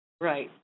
Right